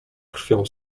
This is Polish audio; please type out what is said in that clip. krwią